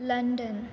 London